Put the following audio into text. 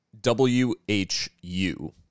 W-H-U